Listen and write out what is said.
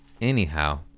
Anyhow